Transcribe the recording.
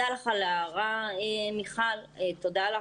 תודה לך על ההערה מיכל, תודה לך.